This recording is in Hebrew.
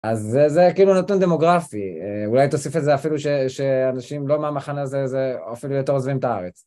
אז זה כאילו נתון דמוגרפי. אולי תוסיף את זה אפילו שאנשים לא מהמחנה הזה, זה אפילו יותר עוזבים את הארץ.